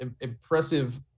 impressive